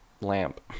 lamp